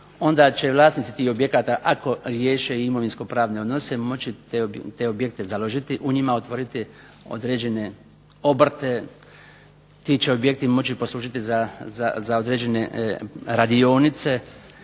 onda će vlasnici tih objekata, ako riješe imovinsko-pravne odnose, moći te objekte založiti, u njima otvoriti određene obrte. Ti će objekti moći poslužiti za određene radionice